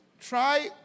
try